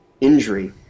injury